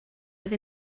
oedd